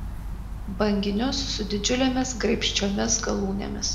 banginius su didžiulėmis graibščiomis galūnėmis